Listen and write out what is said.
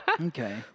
Okay